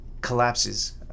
collapses